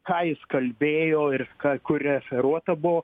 ką jis kalbėjo ir ką kur referuota buvo